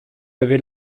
avez